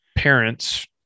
parents